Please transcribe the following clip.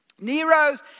Nero's